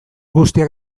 guztiak